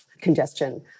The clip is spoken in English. congestion